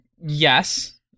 yes